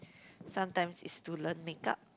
sometimes is to learn makeup